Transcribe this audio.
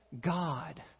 God